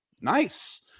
nice